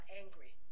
angry